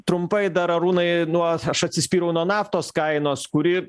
trumpai dar arūnai nuos aš atsispyriau nuo naftos kainos kuri